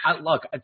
look